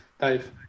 Dave